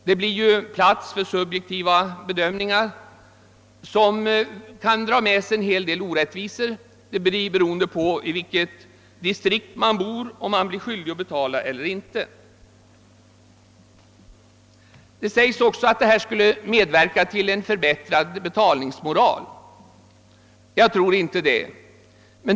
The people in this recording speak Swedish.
Det blir därvid utrymme för subjektiva bedömningar, som kan föra med sig en hel del orättvisor vid bedömningen av vilka som skall bli skyldiga att betala, då det kan bero på i vilket distrikt man bor. Det framhålls också att det föreslagna systemet skulle medverka till en förbättrad betalningsmoral. Jag tror inte det.